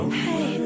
hey